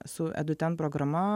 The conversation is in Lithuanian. su edu ten programa